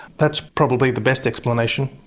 that's probably the best explanation.